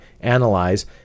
analyze